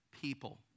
people